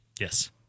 yes